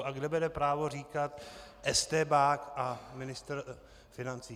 A kde bere právo říkat estébák a ministr financí?